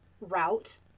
route